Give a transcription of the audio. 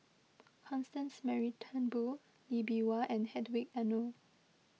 Constance Mary Turnbull Lee Bee Wah and Hedwig Anuar